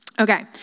Okay